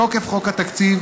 מתוקף חוק התקציב,